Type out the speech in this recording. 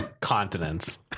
continents